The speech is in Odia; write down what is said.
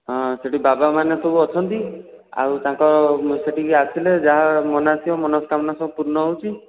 ହଁ ସେଇଠି ବାବାମାନେ ସବୁ ଅଛନ୍ତି ଆଉ ତାଙ୍କ ସେଠିକି ଆସିଲେ ଯାହା ମନରେ ଆସିବ ମନସ୍କାମନା ସବୁ ପୂର୍ଣ୍ଣ ହେଉଛି